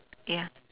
ya